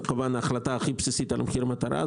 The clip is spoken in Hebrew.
כמובן ההחלטה הכי בסיסית על מחיר מטרה.